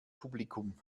publikum